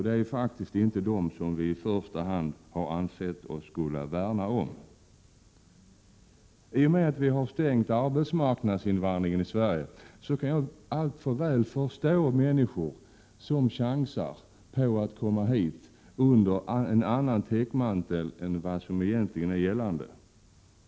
Det är faktiskt inte dem som vi har ansett att vi i första hand skall värna om. Jag kan mycket väl förstå människor som — i och med att vi i Sverige har stängt arbetskraftsinvandringen — chansar på att komma hit under täckmantel av annat skäl än det som egentligen är gällande.